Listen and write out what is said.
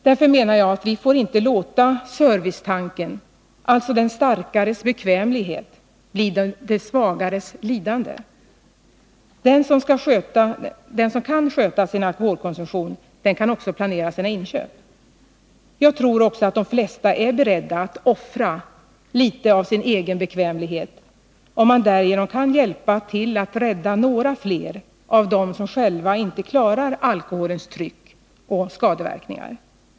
Därför menar jag att vi inte får låta servicetanken vara avgörande. Den starkares bekvämlighet får inte bli den svagares lidande. Den som kan sköta sin alkoholkonsumtion kan också planera sina inköp. Jag tror också att de flesta är beredda att offra litet av sin egen bekvämlighet, om de därigenom kan hjälpa till att rädda några fler av dem som själva inte klarar alkoholens tryck och skadeverkningar.